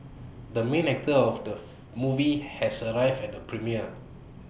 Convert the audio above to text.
the main actor of the movie has arrived at the premiere